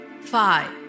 five